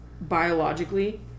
biologically